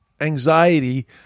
anxiety